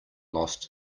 lost